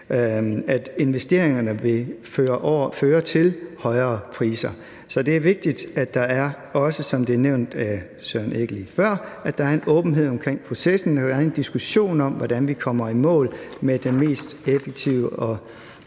for investeringerne vil føre til højere priser. Så det er vigtigt, at der er, også som det er nævnt af Søren Egge Rasmussen lige før, at der er en åbenhed omkring processen, og at vi har en diskussion om, hvordan vi kommer i mål med den mest effektive og